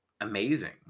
amazing